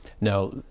Now